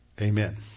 Amen